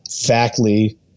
factly